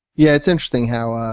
yeah, it's interesting how, um